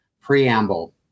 preamble